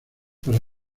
para